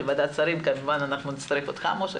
לוועדת שרים כמובן שנצטרך אותך, משה.